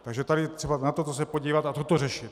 Takže tady je třeba na toto se podívat a toto řešit.